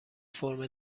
فرم